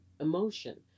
emotion